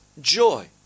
joy